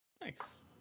Nice